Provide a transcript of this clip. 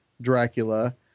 Dracula